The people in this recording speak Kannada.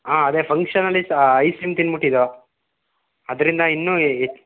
ಹಾಂ ಅದೇ ಫಂಕ್ಷನಲ್ಲಿ ಸಾ ಐಸ್ ಕ್ರೀಮ್ ತಿಂದುಬಿಟ್ಟಿದೊ ಆದ್ರಿಂದ ಇನ್ನೂ ಯೇ